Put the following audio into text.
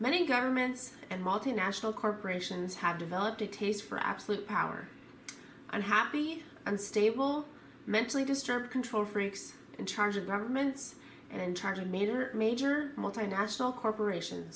many governments and multinational corporations have developed a taste for absolute power and happy and stable mentally disturbed control freaks in charge of governments and in charge of major major multinational corporation